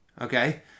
Okay